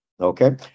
Okay